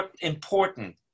important